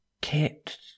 kept